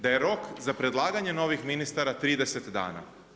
Da je rok za predlaganje novih ministara 30 dana.